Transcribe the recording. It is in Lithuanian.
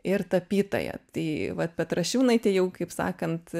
ir tapytoja tai vat petrašiūnaitė jau kaip sakant